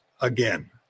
again